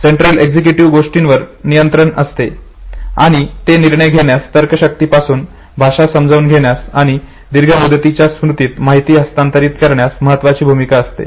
central executive गोष्टींवर नियंत्रण असते आणि ते निर्णय घेण्यात तर्कशक्तीतून भाषा समजून घेण्यात आणि दीर्घ मुदतीच्या स्मृतीत माहिती हस्तांतरित करण्यात महत्वाची भूमिका असते